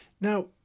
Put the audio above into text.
Now